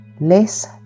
less